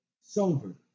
Sober